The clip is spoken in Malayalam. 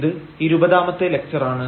ഇത് ഇരുപതാമത്തെ ലക്ചർ ആണ്